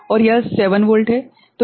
तो यह 1 भागित 8 है